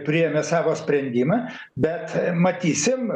priėmė savo sprendimą bet matysim